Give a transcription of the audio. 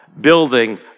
building